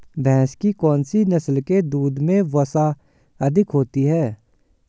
भैंस की कौनसी नस्ल के दूध में वसा अधिक होती है?